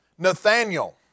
Nathaniel